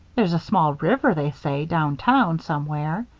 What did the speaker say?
there's a small river, they say, down town, somewhere.